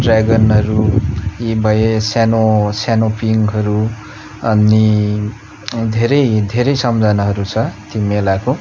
ड्रागनहरू यी भए सानो सानो पिङहरू अनि धेरै धेरै सम्झनाहरू छ ती मेलाको